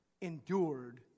Endured